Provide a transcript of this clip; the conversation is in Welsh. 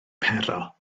pero